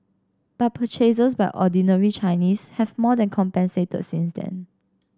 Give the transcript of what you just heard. but purchases by ordinary Chinese have more than compensated since then